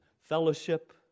fellowship